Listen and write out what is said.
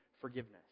forgiveness